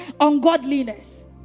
ungodliness